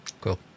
cool